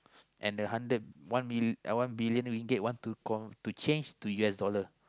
uh and then the hundred one million one billion ringgit to call to change to U_S dollar